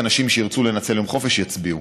אנשים שירצו לנצל יום חופש, יצביעו.